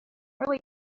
really